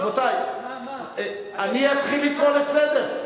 רבותי, אני אתחיל לקרוא לסדר.